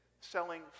selling